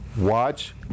Watch